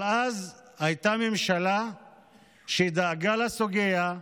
אבל אז הייתה ממשלה שדאגה לסוגיה,